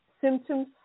symptoms